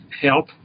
help